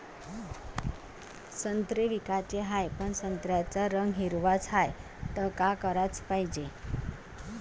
संत्रे विकाचे हाये, पन संत्र्याचा रंग हिरवाच हाये, त का कराच पायजे?